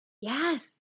Yes